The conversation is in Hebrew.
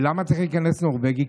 ולמה צריך להיכנס נורבגי?